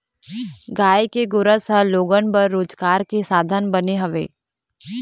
गाय के गोरस ह लोगन बर रोजगार के साधन बने हवय